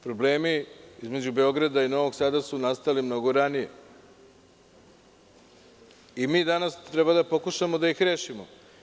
Problemi između Beograda i Novog Sada su nastali mnogo ranije i mi danas treba da pokušamo da ih rešimo.